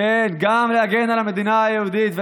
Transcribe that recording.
כן, גם להגן על המדינה היהודית.